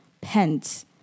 Pens